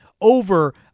over